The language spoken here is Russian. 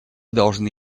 должны